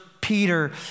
Peter